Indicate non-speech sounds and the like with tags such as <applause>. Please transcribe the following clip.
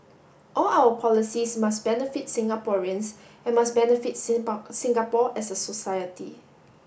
all our policies must benefit Singaporeans and must benefit <unintelligible> Singapore as a society